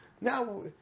Now